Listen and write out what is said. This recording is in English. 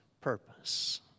purpose